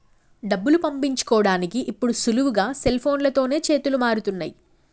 డబ్బులు పంపించుకోడానికి ఇప్పుడు సులువుగా సెల్ఫోన్లతోనే చేతులు మారుతున్నయ్